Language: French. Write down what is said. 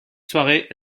soirée